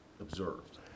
observed